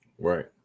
right